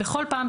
בכל פעם,